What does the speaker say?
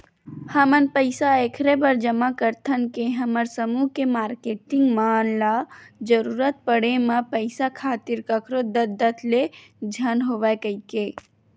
हमन पइसा ऐखरे बर जमा करथन के हमर समूह के मारकेटिंग मन ल जरुरत पड़े म पइसा खातिर कखरो दतदत ले झन होवय कहिके